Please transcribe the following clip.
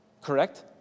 Correct